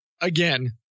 again